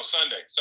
Sunday